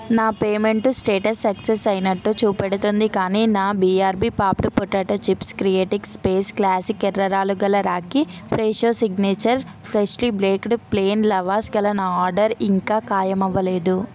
నా payment status success అయినట్టు చూపెడుతోంది కానీ నా BRB popped potato chips creatic space classic ఎర్ర రాళ్ళు గల రాఖీ Fresho signature freshly baked plain lavash గల నా ఆర్డర్ ఇంకా ఖాయమవ్వలేదు